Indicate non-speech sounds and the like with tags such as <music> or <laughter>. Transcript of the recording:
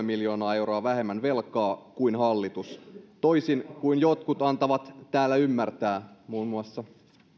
<unintelligible> miljoonaa euroa vähemmän velkaa kuin hallitus toisin kuin jotkut antavat täällä ymmärtää muun muassa